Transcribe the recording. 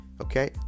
okay